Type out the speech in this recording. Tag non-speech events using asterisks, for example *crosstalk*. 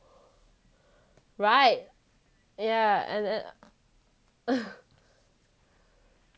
right yeah and and *breath*